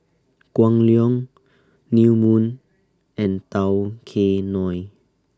Kwan Loong New Moon and Tao Kae Noi